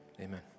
Amen